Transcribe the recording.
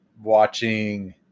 watching